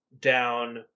down